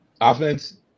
offense